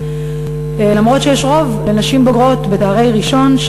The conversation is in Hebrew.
אף שיש רוב לנשים בעלות תואר ראשון,